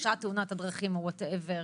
תאונת הדרכים או מה שלא יהיה.